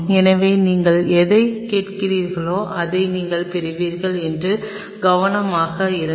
எனவே நீங்கள் எதை கேட்கிறீர்களோ அதை நீங்கள் பெறுவீர்கள் என்று கவனமாக இருங்கள்